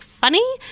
Funny